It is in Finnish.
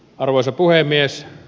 arvoisa puhemies